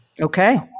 Okay